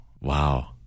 Wow